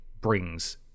brings